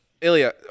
Ilya